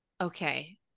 Okay